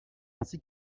ainsi